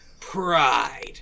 pride